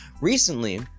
recently